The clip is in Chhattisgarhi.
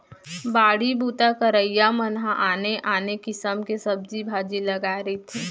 बाड़ी बूता करइया मन ह आने आने किसम के सब्जी भाजी लगाए रहिथे